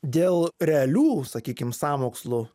dėl realių sakykim sąmokslų